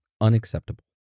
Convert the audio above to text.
Unacceptable